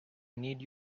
need